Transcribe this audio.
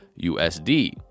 USD